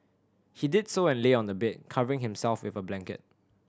he did so and lay on the bed covering himself with a blanket